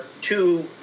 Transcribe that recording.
two